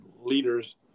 leaders